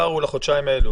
הפער הוא על החודשיים האלה.